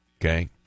okay